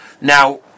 Now